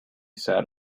sat